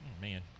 man